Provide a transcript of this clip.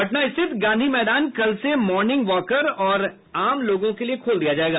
पटना स्थित गांधी मैदान कल से मार्निंग वॉकर और आम लोगों के लिए खोल दिया जायेगा